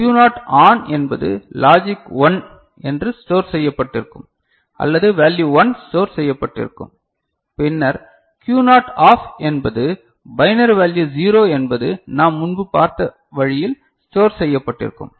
Q not on என்பது logic 1 என்று store செய்யப்பட்டிருக்கும் அல்லது வேல்யு 1 ஸ்டோர் செய்யப்பட்டிருக்கும் பின்னர் Q நாட் ஆப் என்பது பைனரி வேல்யு 0 என்பது நாம் முன்பு பார்த்த வழியில் ஸ்டோர் செய்யப்பட்டிருக்கும்